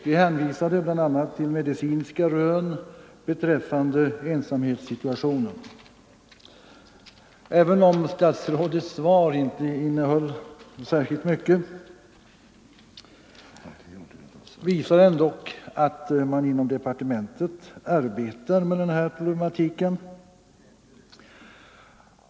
Vi hänvisade bl.a. till medicinska rön beträffande ensamhetssituationen. Även om statsrådets svar inte innehöll särskilt mycket visar det ändock — Allmänpolitisk att man inom departementet arbetar med den här problematiken.